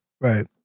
Right